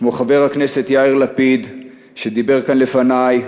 כמו חבר הכנסת יאיר לפיד שדיבר כאן לפני,